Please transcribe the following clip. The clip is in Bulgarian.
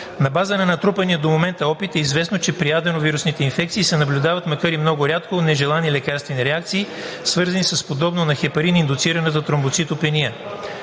На базата на натрупания до момента опит е известно, че при аденовирусните ваксини се наблюдават, макар и много рядко, нежелани лекарствени реакции, свързани с подобно на хепарин индуцираната тромпоцитопения.